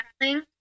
traveling